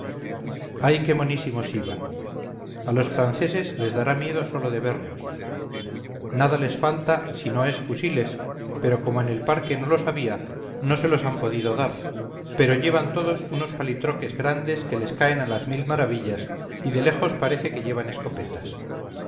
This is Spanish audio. ay qué monísimos iban a los franceses les dará miedo sólo de verlos nada les falta si no es fusiles pues como en el parque no los había no se los han podido dar pero llevan todos unos palitroques grandes que les caen a las mil maravillas y de lejos parece que llevan escopetas